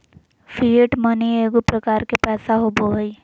fiat money एगो प्रकार के पैसा होबो हइ